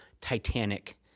Titanic